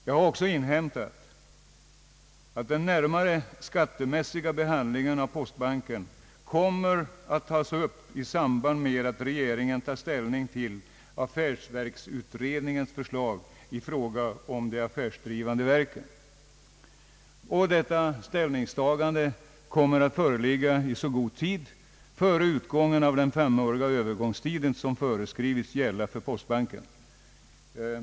Jag har också inhämtat att den närmare skattemässiga behandlingen av postbanken kommer att tas upp i samband med att regeringen tar ställning till affärsverksutredningens förslag i fråga om de affärsdrivande verken. Detta ställningstagande kommer att föreligga i god tid före utgången av den femåriga övergångstid som föreslagits gälla för postbanken.